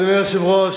אדוני היושב-ראש,